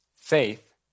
Faith